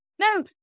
no